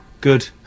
Good